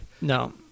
No